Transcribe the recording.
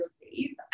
receive